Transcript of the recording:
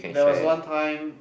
there was one time